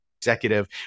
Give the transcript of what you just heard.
executive